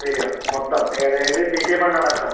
വരുക മൊത്തം അതായത് പി ടി എ ഫണ്ട് അടക്കം